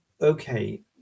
okay